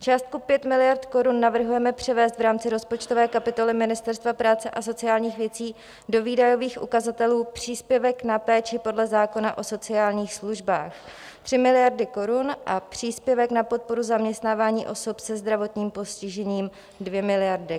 Částku 5 miliard korun navrhujeme převést v rámci rozpočtové kapitoly Ministerstva práce a sociálních věcí do výdajových ukazatelů Příspěvek na péči podle zákona o sociálních službách 3 miliardy korun a Příspěvek na podporu zaměstnávání osob se zdravotním postižením 2 miliardy korun.